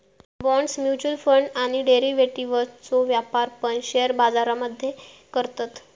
bonds, mutual fund आणि डेरिव्हेटिव्ह्जचो व्यापार पण शेअर बाजार मध्ये करतत